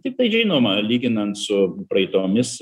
tiktai žinoma lyginant su praeitomis